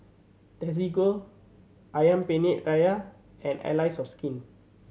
Desigual Ayam Penyet Ria and Allies of Skin